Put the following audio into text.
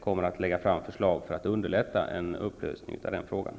kommer att lägga fram förslag för att underlätta en lösning även i det avseendet.